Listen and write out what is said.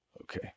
Okay